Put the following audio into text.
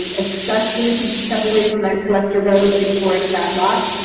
especially if we can step away from that collector road, reforest that lot.